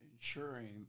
ensuring